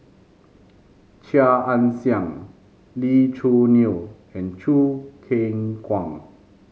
Chia Ann Siang Lee Choo Neo and Choo Keng Kwang